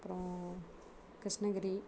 அப்புறம் கிருஷ்ணகிரி